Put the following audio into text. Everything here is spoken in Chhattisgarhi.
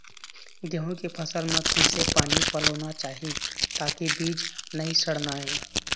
गेहूं के फसल म किसे पानी पलोना चाही ताकि बीज नई सड़ना ये?